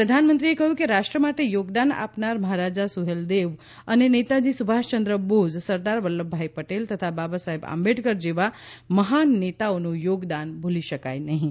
પ્રધાનમંત્રીએ કહ્યું કે રાષ્ટ્ર માટે યોગદાન આપનાર મહારાજા સુહેલદેવ અને નેતાજી સુભાષયંદ્ર બોઝ સરદાર વલ્લભભાઇ પટેલ તથા બાબાસાહેબ આંબેડકર જેવા મહાન નેતાઓનું થોગદાન ભૂલી શકાય નહીં